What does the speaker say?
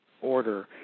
order